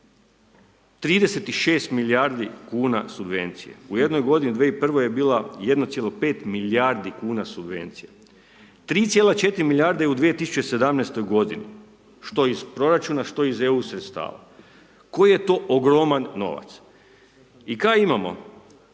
36 milijardi kuna subvencije, u jednoj godini 2001. je bila 1,5 milijardi kuna subvencija. 3,4 milijarde je u 2017. godini što iz proračuna, što iz EU sredstava, koji je to ogroman novac. I kaj imamo?